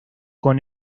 con